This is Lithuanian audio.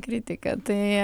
kritiką tai